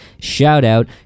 shout-out